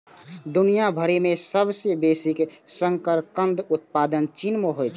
दुनिया भरि मे सबसं बेसी शकरकंदक उत्पादन चीन मे होइ छै